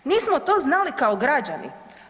Nismo to znali kao građani.